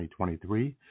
2023